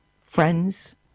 friends